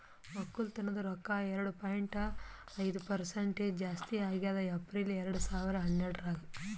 ಒಕ್ಕಲತನದ್ ರೊಕ್ಕ ಎರಡು ಪಾಯಿಂಟ್ ಐದು ಪರಸೆಂಟ್ ಜಾಸ್ತಿ ಆಗ್ಯದ್ ಏಪ್ರಿಲ್ ಎರಡು ಸಾವಿರ ಹನ್ನೆರಡರಾಗ್